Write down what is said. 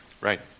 Right